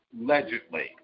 allegedly